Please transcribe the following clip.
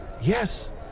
Yes